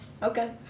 Okay